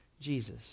Jesus